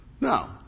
No